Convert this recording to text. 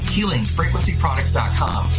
HealingFrequencyProducts.com